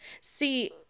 see